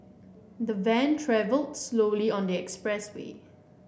the van travelled slowly on the expressway